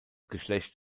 geschlecht